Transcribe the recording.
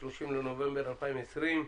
היום ה-30 בנובמבר 2020,